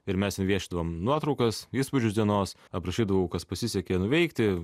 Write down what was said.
ir mes ten viešindavom nuotraukas įspūdžius dienos aprašydavau kas pasisekė nuveikti